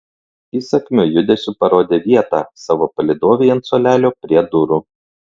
įsakmiu judesiu parodė vietą savo palydovei ant suolelio prie durų